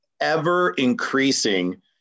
ever-increasing